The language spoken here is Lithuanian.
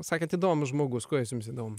sakėt įdomus žmogus kuo jis jums įdomu